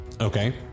Okay